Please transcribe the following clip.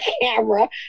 camera